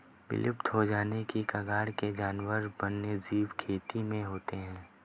विलुप्त हो जाने की कगार के जानवर वन्यजीव खेती में होते हैं